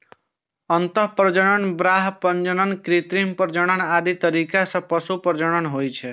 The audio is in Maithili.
अंतः प्रजनन, बाह्य प्रजनन, कृत्रिम प्रजनन आदि तरीका सं पशु प्रजनन होइ छै